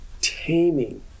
taming